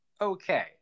okay